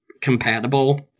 compatible